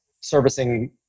servicing